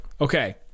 okay